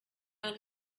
not